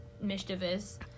mischievous